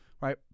right